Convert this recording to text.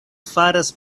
faras